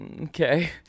okay